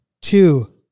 two